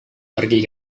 pergi